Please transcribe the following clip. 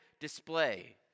display